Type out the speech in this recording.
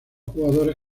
jugadores